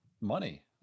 money